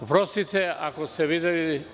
Oprostite, ako ste videli.